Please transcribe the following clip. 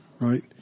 right